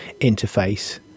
interface